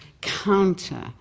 counter